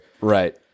right